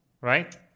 right